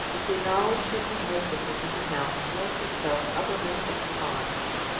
with the knowledge that her husband was in the house, forced itself uppermost in her mind.